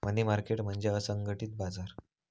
मनी market म्हणजे असंघटित बाजार